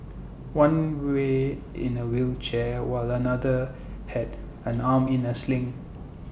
one way in A wheelchair while another had an arm in A sling